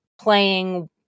playing